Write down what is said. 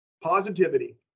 positivity